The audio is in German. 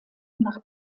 nach